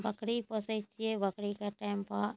बकरी पोसै छियै बकरीके टाइम पर